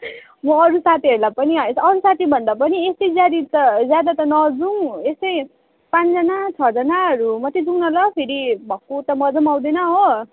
म अरू साथीहरलाई पनि अरू साथीभन्दा पनि यस्तो ज्यादा त ज्यादा त नजाऔँ यस्तै पाँचजना छजनाहरू मात्रै जाऔँ न ल फेरि भक्कु त मजा पनि आउँदैन हो